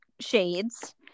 shades